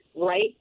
right